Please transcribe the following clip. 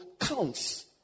counts